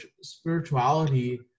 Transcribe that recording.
spirituality